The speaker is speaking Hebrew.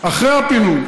אחרי הפינוי,